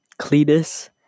Cletus